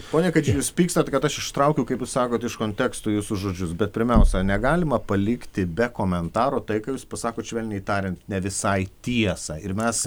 pone kadžį jūs pykstat kad aš ištraukiau kaip jūs sakot iš konteksto jūsų žodžius bet pirmiausia negalima palikti be komentaro tai ką jūs pasakot švelniai tariant ne visai tiesą ir mes